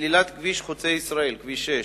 סלילת כביש חוצה-ישראל, כביש 6,